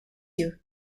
you